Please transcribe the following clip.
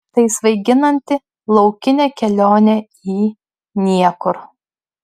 tai svaiginanti laukinė kelionė į niekur